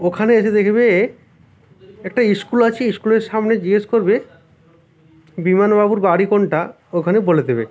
ওখানে এসে দেখবে একটা স্কুল আছে স্কুলের সামনে জিজ্ঞাসা করবে বিমানবাবুর বাড়ি কোনটা ওখানে বলে দেবে